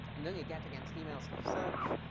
i'm doing get against emails slash search.